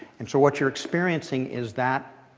and so what you're experiencing is that,